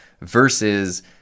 versus